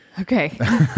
Okay